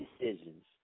decisions